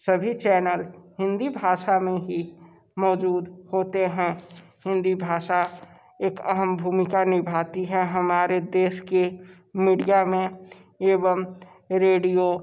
सभी चैनल हिंदी भाशा में ही मौजूद होते हैं हिंदी भाशा एक अहम भूमिका निभाती है हमारे देश के मीडिया में एवं रेडियो